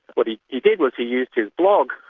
what he he did was, he used his blog